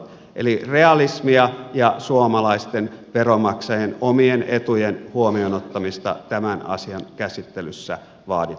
eli realismia ja suomalaisten veronmaksajien omien etujen huomioon ottamista tämän asian käsittelyssä vaaditaan